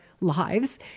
lives